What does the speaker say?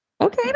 Okay